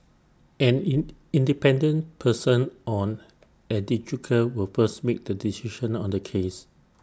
an in independent person on adjudicator will first make the decision on the case